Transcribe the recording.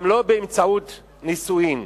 גם לא באמצעות נישואים.